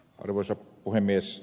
arvoisa puhemies